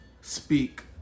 speak